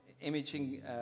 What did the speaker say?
imaging